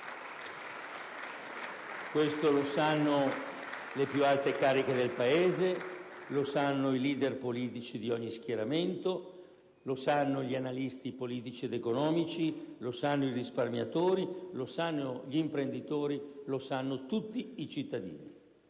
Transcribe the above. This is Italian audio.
Questo lo sanno le più alte cariche del Paese, lo sanno i leader politici di ogni schieramento, lo sanno gli analisti politici ed economici, lo sanno i risparmiatori, lo sanno gli imprenditori, lo sanno tutti i cittadini.